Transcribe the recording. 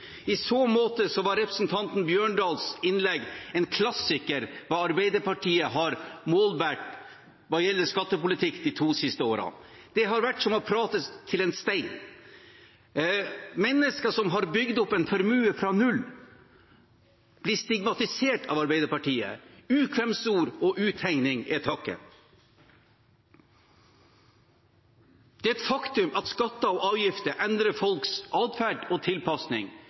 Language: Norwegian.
I så måte var representanten Bjørdals innlegg en klassiker på hva Arbeiderpartiet har målbåret når det gjelder skattepolitikk de to siste årene. Det har vært som å prate til en stein. Mennesker som har bygd opp en formue fra null, blir stigmatisert av Arbeiderpartiet. Ukvemsord og uthenging er takken. Det er et faktum at skatter og avgifter endrer folks adferd og tilpasning.